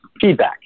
feedback